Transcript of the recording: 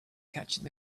catching